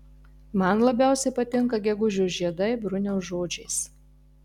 man labiausiai patinka gegužio žiedai bruniaus žodžiais